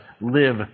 live